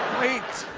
wait.